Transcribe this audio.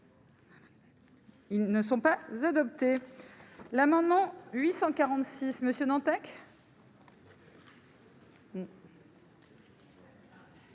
Ils ne sont pas adoptées, l'amendement 1083 monsieur Dantec.